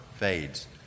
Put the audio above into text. fades